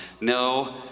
No